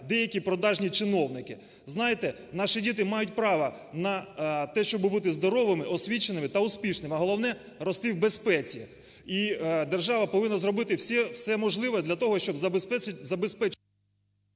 деякі продажні чиновники. Знаєте, наші діти мають право на те, щоби бути здоровими, освіченими та успішними, а головне – рости в безпеці. І держава повинна зробити все можливе для того, щоб забезпечити…